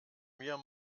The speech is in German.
mir